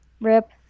rip